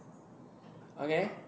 okay